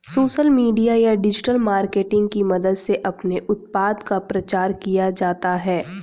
social media या digital marketing की मदद से अपने उत्पाद का प्रचार किया जाता है